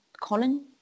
colon